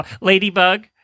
Ladybug